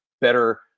better